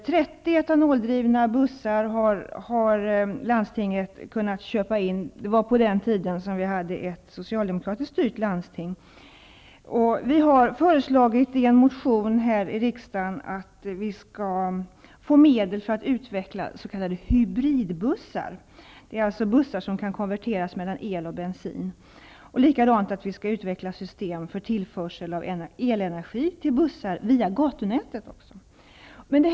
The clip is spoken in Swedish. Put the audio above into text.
Landstinget har kunnat köpa in 30 etanoldrivna bussar, och det var på den tiden då vi hade ett socialdemokratiskt styrt landsting. Vi socialdemokrater har i en motion här i riksdagen föreslagit att medel skall tillföras för att s.k. hybridbussar skall kunna utvecklas. Det är alltså bussar som kan konverteras mellan el och bensin. Vi har också föreslagit att system för tillförsel av elenergi till bussar via gatunätet skall utvecklas.